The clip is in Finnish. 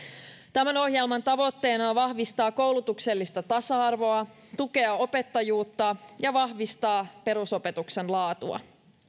tämän ohjelman tavoitteena on vahvistaa koulutuksellista tasa arvoa tukea opettajuutta ja vahvistaa perusopetuksen laatua